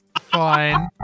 fine